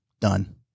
Done